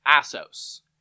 Assos